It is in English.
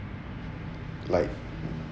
like